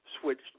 switched